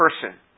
person